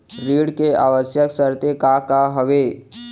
ऋण के आवश्यक शर्तें का का हवे?